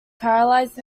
paralyzed